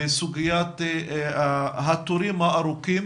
בסוגיית התורים הארוכים